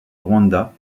rwanda